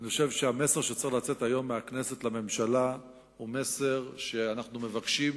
אני חושב שהמסר שצריך לצאת היום מהכנסת לממשלה אומר שאנחנו מבקשים